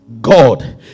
God